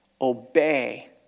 Obey